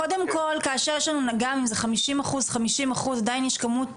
קודם כל כאשר גם אם זה 50%-50% עדיין יש כמות